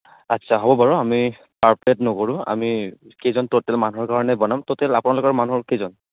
আচ্ছা হ'ব বাৰু আমি পাৰ প্লেট নকৰোঁ আমি কেইজন ট'টেল মানুহৰ কাৰণে বনাম ট'টেল আপোনালোকৰ মানুহ কেইজন